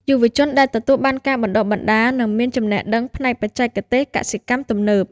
យុវជនដែលទទួលបានការបណ្តុះបណ្តាលនឹងមានចំណេះដឹងផ្នែកបច្ចេកទេសកសិកម្មទំនើប។